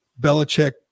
Belichick